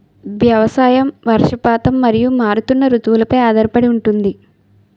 వ్యవసాయం వర్షపాతం మరియు మారుతున్న రుతువులపై ఆధారపడి ఉంటుంది